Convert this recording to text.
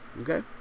Okay